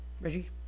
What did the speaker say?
Reggie